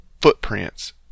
footprints